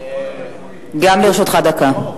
גם לרשותך דקה.